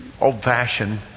old-fashioned